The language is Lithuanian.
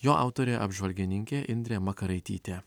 jo autorė apžvalgininkė indrė makaraitytė